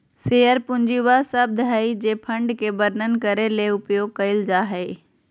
share पूंजी वह शब्द हइ जे फंड के वर्णन करे ले उपयोग कइल जा हइ